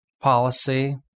policy